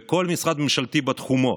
כל משרד ממשלתי בתחומו,